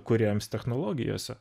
kūrėjams technologijose